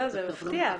זה מפתיע.